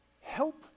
help